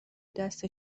دست